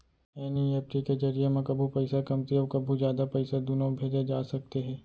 NEFT के जरिए म कभू पइसा कमती अउ कभू जादा पइसा दुनों भेजे जा सकते हे